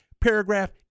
Paragraph